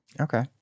Okay